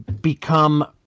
become